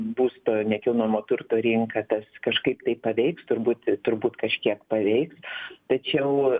būsto nekilnojamo turto rinką tas kažkaip tai paveiks turbūt turbūt kažkiek paveiks tačiau